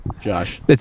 Josh